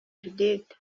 judith